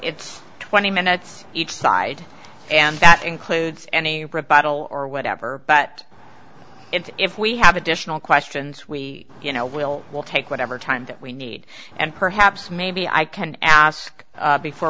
it's twenty minutes each side and that includes any rebuttal or whatever but if we have additional questions we you know we'll we'll take whatever time that we need and perhaps maybe i can ask before